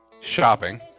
shopping